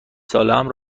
سالهام